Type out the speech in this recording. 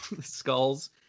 Skulls